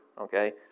Okay